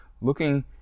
looking